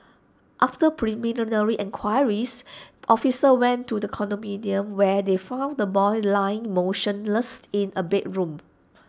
after preliminary enquiries officers went to the condominium where they found the boy lying motionless in A bedroom